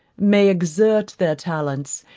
may exert their talents,